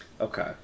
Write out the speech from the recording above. Okay